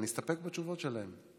נסתפק בתשובות שלהם.